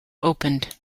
opened